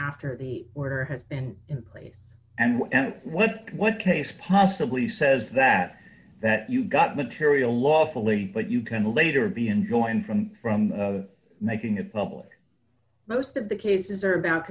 after the order has been in place and what what case possibly says that that you got material lawfully but you can later be enjoined from from the making it public most of the cases are about